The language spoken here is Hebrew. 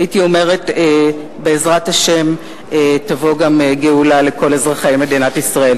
הייתי אומרת: בעזרת השם תבוא גם גאולה לכל אזרחי מדינת ישראל.